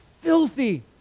filthy